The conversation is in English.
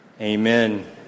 amen